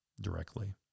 directly